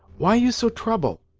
why you so trouble?